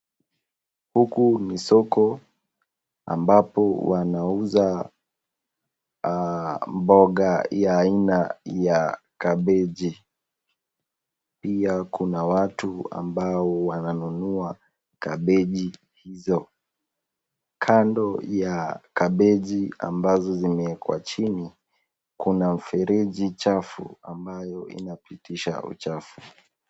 Huku ni soko ambapo wanauza mboga ya aina ya kabichi. Pia kuna watu ambao wananunua kabichi hizo. Kando ya kabichi ambazo zimewekwa chini, kuna mfereji chafu ambao unapisha uchafu.